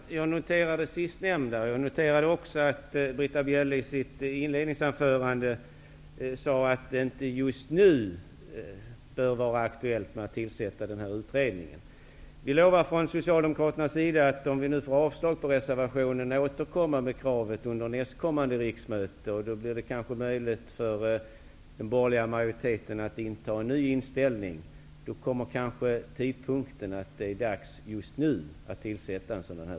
Fru talman! Jag noterar det sistnämnda. Jag noterade också att Britta Bjelle i sitt inledningsanförande sade att det inte just nu är aktuellt att tillsätta en utredning. Om vår reservation avslås, lovar vi från Socialdemokraternas sida att återkomma med kravet under nästkommande riksmöte. Då är det möjligt att den borgerliga majoriteten har intagit en ny hållning. Då kanske det är rätt tidpunkt att tillsätta en utredning.